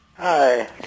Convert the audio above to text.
Hi